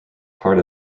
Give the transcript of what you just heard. part